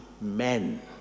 men